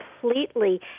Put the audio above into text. completely